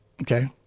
Okay